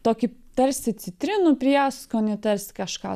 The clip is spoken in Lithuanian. tokį tarsi citrinų prieskonį tarsi kažką